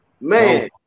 Man